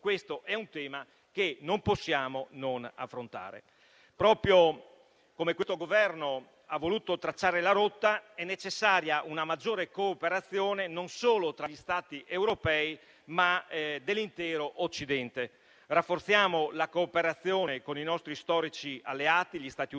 questo è un tema che non possiamo non affrontare. Proprio come questo Governo ha voluto tracciare la rotta, è necessaria una maggiore cooperazione non solo tra gli Stati europei, ma dell'intero Occidente. Rafforziamo la cooperazione con i nostri storici alleati, gli Stati Uniti,